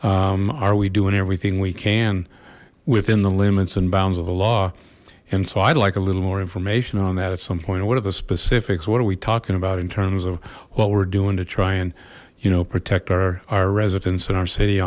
concerns are we doing everything we can within the limits and bounds of the law and so i'd like a little more information on that at some point what are the specifics what are we talking about in terms of what we're doing to try and you know protect our our residents in our city